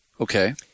Okay